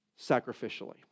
sacrificially